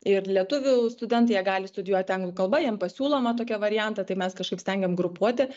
ir lietuvių studentai jie gali studijuoti anglų kalba jiem pasiūloma tokia variantą tai mes kažkaip stengiam grupuoti